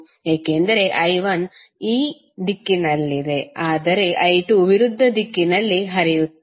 ಏಕೆಂದರೆ I1 ಈ ದಿಕ್ಕಿನಲ್ಲಿದೆ ಆದರೆ I2 ವಿರುದ್ಧ ದಿಕ್ಕಿನಲ್ಲಿ ಹರಿಯುತ್ತಿದೆ